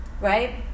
right